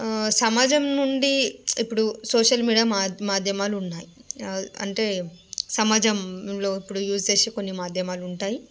సమాజం నుండి ఇప్పుడు సోషల్ మీడియా మాధ్ మాధ్యమాలున్నాయి ఆ అంటే సమాజంలో ఇప్పుడు యూస్ చేసే కొన్ని మాధ్యమాలుంటాయి